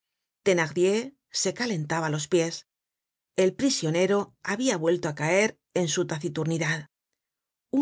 callaban thenardier se calentaba los pies el prisionero habia vuelto á caer en su taciturnidad